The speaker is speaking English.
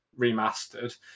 remastered